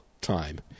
time